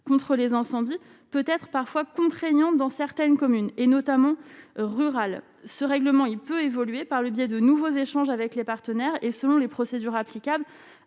contre les incendies, peut-être parfois dans certaines communes et notamment rurales ce règlement, il peut évoluer par le biais de nouveaux échanges avec les partenaires et selon les procédures applicables